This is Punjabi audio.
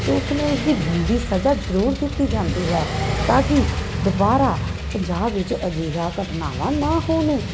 ਤਾਂ ਉਸਨੂੰ ਉਸਦੀ ਬਣਦੀ ਸਜਾ ਜ਼ਰੂਰ ਦਿੱਤੀ ਜਾਂਦੀ ਹੈ ਤਾਂ ਕਿ ਦੁਬਾਰਾ ਪੰਜਾਬ ਵਿੱਚ ਅਜਿਹਾ ਘਟਨਾਵਾਂ ਨਾ ਹੋਣ